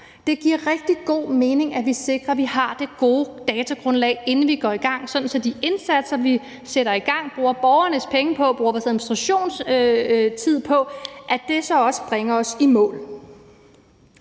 Det giver rigtig god mening, at vi sikrer, at vi har det gode datagrundlag, inden vi går i gang, sådan at de indsatser, vi sætter i gang og bruger borgernes penge på og bruger vores administrationstid på, så også bringer os i mål.